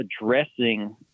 addressing –